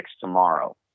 tomorrow